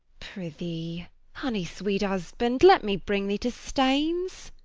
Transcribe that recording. prythee honey sweet husband, let me bring thee to staines